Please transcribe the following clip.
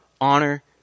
honor